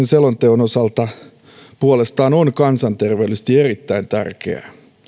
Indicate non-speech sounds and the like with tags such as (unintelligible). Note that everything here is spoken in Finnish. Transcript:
(unintelligible) selonteon osalta puolestaan on kansanterveydellisesti erittäin tärkeää